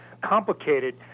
complicated